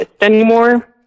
anymore